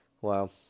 Wow